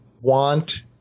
want